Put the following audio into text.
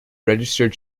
registered